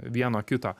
vieno kito